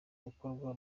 gukorwa